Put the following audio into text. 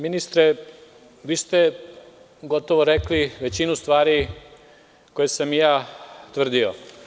Ministre, vi ste gotovo rekli većinu stvari koje sam i ja tvrdio.